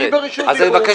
אתה מפריע לי לדבר.